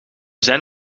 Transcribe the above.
zijn